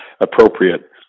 appropriate